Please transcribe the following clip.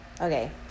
Okay